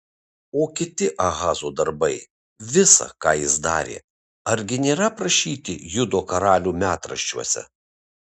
o kiti ahazo darbai visa ką jis darė argi nėra aprašyti judo karalių metraščiuose